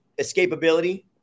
escapability